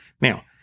Now